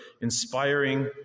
inspiring